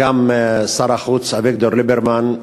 וגם שר החוץ אביגדור ליברמן,